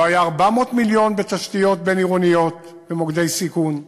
לא היו 400 מיליון בתשתיות בין-עירוניות במוקדי סיכון,